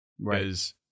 right